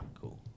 Cool